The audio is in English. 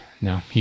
no